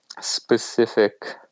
specific